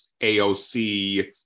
aoc